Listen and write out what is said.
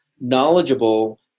knowledgeable